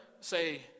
say